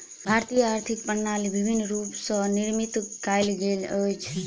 भारतीय आर्थिक प्रणाली विभिन्न रूप स निर्मित कयल गेल अछि